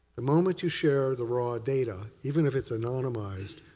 the moment you share the raw data, even if it's anonymized,